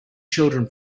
children